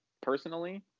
personally